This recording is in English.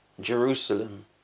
Jerusalem